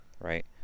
Right